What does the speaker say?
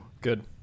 good